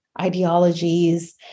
ideologies